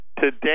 Today